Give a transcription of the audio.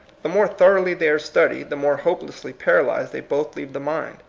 the more thoroughly they are studied, the more hopelessly paralyzed they both leave the mind.